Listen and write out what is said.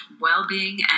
well-being